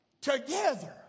together